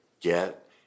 get